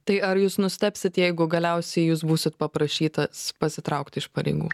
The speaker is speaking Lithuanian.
tai ar jūs nustebsit jeigu galiausiai jūs būsit paprašytas pasitraukti iš pareigų